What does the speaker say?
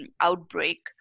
outbreak